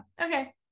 okay